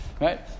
Right